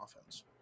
offense